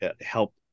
help